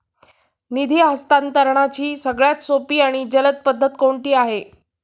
निधी हस्तांतरणाची सगळ्यात सोपी आणि जलद पद्धत कोणती आहे?